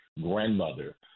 grandmother